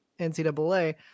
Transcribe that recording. NCAA